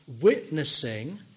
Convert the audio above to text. witnessing